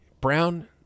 Brown